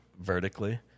vertically